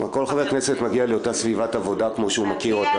כלומר כל חבר כנסת מגיע לאותה סביבת העבודה כמו שהוא מכיר.